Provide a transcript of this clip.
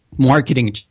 marketing